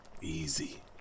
easy